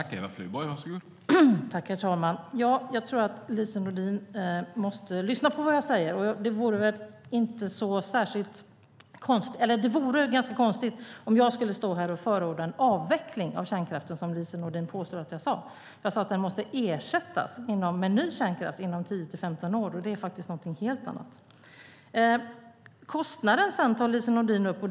Herr talman! Lise Nordin måste lyssna på vad jag säger. Det vore ganska konstigt om jag skulle stå här och förorda en avveckling av kärnkraften, vilket Lise Nordin påstod att jag gjorde. Jag sade att den måste ersättas med ny kärnkraft inom 10-15 år. Det är faktiskt något helt annat. Lise Nordin tar upp kostnaden.